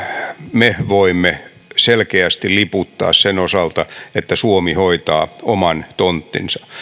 me voimme selkeästi liputtaa sen osalta että suomi hoitaa oman tonttinsa